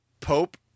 Pope